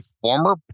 former